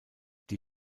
die